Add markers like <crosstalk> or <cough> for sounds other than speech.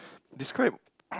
describe <noise>